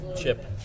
chip